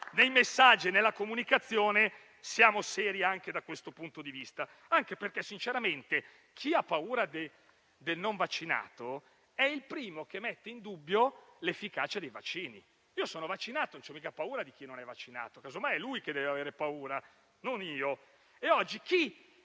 nei messaggi e nella comunicazione, anche perché - sinceramente - chi ha paura del non vaccinato è il primo che mette in dubbio l'efficacia dei vaccini. Io sono vaccinato e non ho paura di chi non è vaccinato; casomai è lui che deve avere paura e non io.